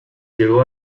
llegó